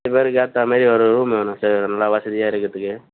ச பேருக்கேற்றா மாதிரி ஒரு ரூம் வேணும் சார் நல்லா வசதியா இருக்கிறதுக்கு